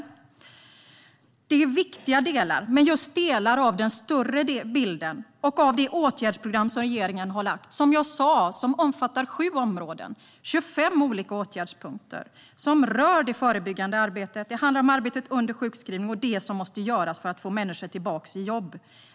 Detta är viktiga delar av den större bilden och av det åtgärdsprogram som regeringen har lagt fram som omfattar sju områden - som jag sa - och 25 olika åtgärdspunkter för det förebyggande arbetet. Det handlar om arbetet vid sjukskrivning och det som måste göras för att få människor tillbaka i jobb.